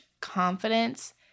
confidence